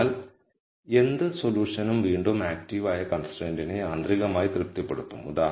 അതിനാൽ എന്ത് സൊല്യൂഷനും വീണ്ടും ആക്റ്റീവ് ആയ കൺസ്ട്രൈന്റിനെ യാന്ത്രികമായി തൃപ്തിപ്പെടുത്തും